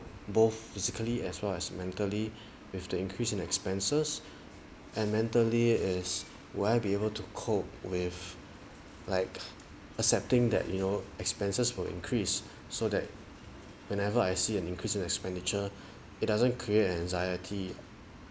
both physically as well as mentally with the increase in expenses and mentally as will I be able to cope with like accepting that your expenses will increase so that whenever I see an increase in expenditure it doesn't create anxiety